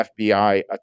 FBI